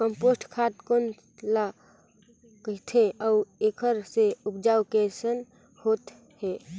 Compost खाद कौन ल कहिथे अउ एखर से उपजाऊ कैसन होत हे?